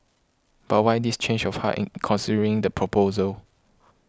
but why this change of heart in considering the proposal